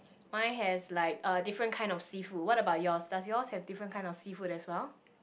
mine has like uh different kind of seafood what about yours does yours have different kind of seafood as well